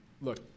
look